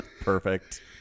Perfect